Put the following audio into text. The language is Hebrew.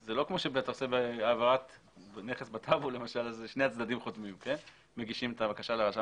זה לא כמו שאתה עושה העברת נכס בטאבו כאשר שני הצדדים מגישים וחותמים.